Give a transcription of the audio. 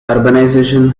urbanization